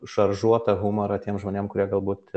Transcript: šaržuotą humorą tiem žmonėm kurie galbūt